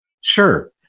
Sure